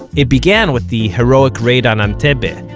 it began with the heroic raid on entebbe,